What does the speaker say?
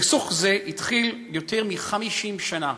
סכסוך זה התחיל לפני יותר מ-50 שנה,